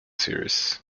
series